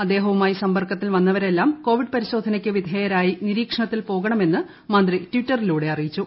അദ്ദേഹവുമായി സമ്പർക്കത്തിൽ വന്നവരെല്ലാം കോവിഡ് പരിശോധനയ്ക്ക് വിധേയരായി നീരീക്ഷണത്തിൽ പോകണമെന്ന് മന്ത്രി ട്വിറ്ററിലൂടെ അറിയിച്ചു